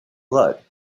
blood